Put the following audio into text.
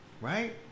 right